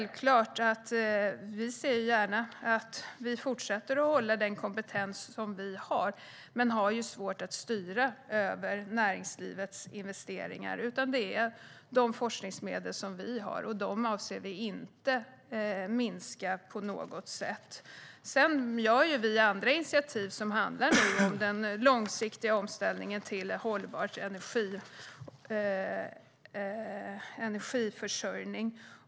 Vi ser gärna att vi fortsätter att hålla den kompetens som vi har. Men vi har svårt att styra över näringslivets investeringar, utan vi har de forskningsmedel som vi har. De avser vi inte att minska på något sätt. Vi tar andra initiativ som handlar om den långsiktiga omställningen till en hållbar energiförsörjning.